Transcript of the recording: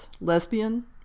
Lesbian